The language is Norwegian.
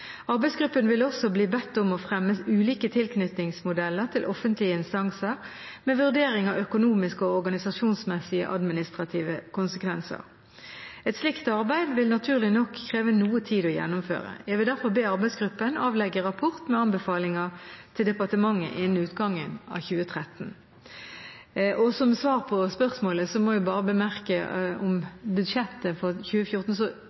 Arbeidsgruppen vil også bli bedt om å fremme ulike tilknytningsmodeller til offentlige instanser med vurdering av økonomiske og organisasjonsmessige/administrative konsekvenser. Et slikt arbeid vil naturlig nok kreve noe tid å gjennomføre. Jeg vil derfor be arbeidsgruppen avlegge rapport med anbefalinger til departementet innen utgangen av 2013. Som svar på spørsmålet må jeg bemerke angående budsjettet for 2014: